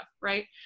right